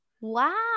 Wow